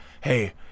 hey